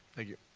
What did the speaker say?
thank you.